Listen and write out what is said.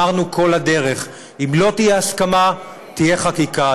אמרנו כל הדרך: אם לא תהיה הסכמה, תהיה חקיקה.